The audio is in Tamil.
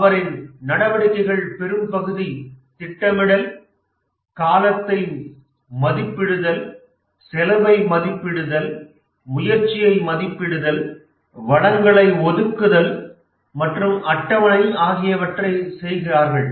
அவரின் நடவடிக்கைகள் பெரும் பகுதி திட்டமிடல் காலத்தை மதிப்பிடுதல் செலவை மதிப்பிடுதல் முயற்சியை மதிப்பிடுதல் வளங்களை ஒதுக்குங்கள் மற்றும் அட்டவணை ஆகியவற்றை செய்கிறார்கள்